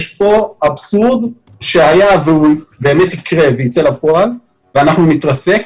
יש כאן אבסורד שהיה והיה והוא באמת יקרה ויצא לפועל ואנחנו נתרסק